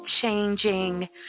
changing